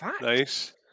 Nice